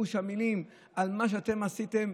פירוש המילים: על מה שאתם עשיתם,